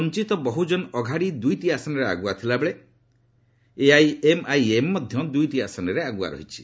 ବଞ୍ଚିତ ବହୁକନ ଅଘାଡ଼ି ଦୁଇଟି ଆସନରେ ଆଗୁଆ ଥିଲାବେଳେ ଏଆଇଏମ୍ଆଇଏମ୍ ମଧ୍ୟ ଦୁଇଟି ଆସନରେ ଆଗୁଆ ରହିଛି